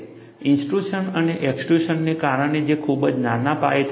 intrusion અને એક્સ્ટ્રુશનને કારણે જે ખૂબ જ નાના પાયે થાય છે